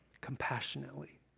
compassionately